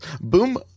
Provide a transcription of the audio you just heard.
Boom